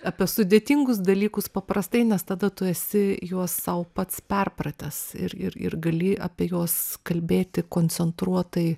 apie sudėtingus dalykus paprastai nes tada tu esi juos sau pats perpratęs ir ir ir gali apie juos kalbėti koncentruotai